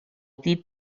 puis